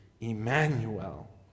Emmanuel